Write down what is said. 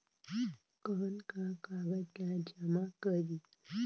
कौन का कागज ला जमा करी?